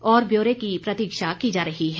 और ब्यौरे की प्रतीक्षा की जा रही है